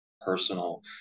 personal